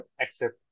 accept